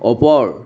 ওপৰ